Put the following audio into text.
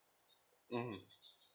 mmhmm